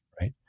right